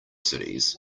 cities